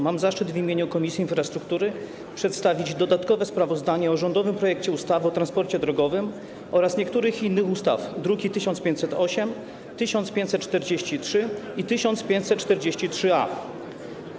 Mam zaszczyt w imieniu Komisji Infrastruktury przedstawić dodatkowe sprawozdanie o rządowym projekcie ustawy o zmianie ustawy o transporcie drogowym oraz niektórych innych ustaw, druki nr 1508, 1543 i 1543-A.